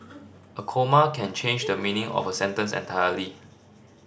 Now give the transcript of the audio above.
a comma can change the meaning of a sentence entirely